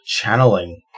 channeling